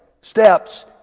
steps